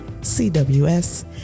C-W-S